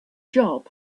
job